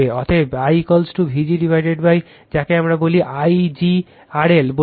অতএব IVg যাকে আমরা Zg RL বলি